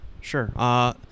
Sure